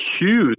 huge